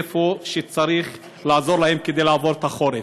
איפה שצריך לעזור להם כדי לעבור את החורף.